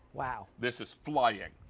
wow. this is flying.